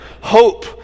hope